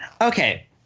Okay